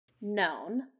known